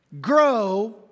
grow